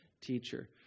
teacher